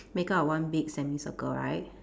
make up of one big semicircle right